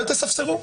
אל תספסרו.